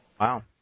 wow